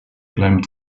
climbed